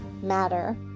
matter